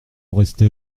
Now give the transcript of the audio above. restait